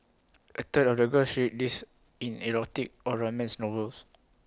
A third of the girls read these in erotic or romance novels